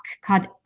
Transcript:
called